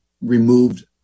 removed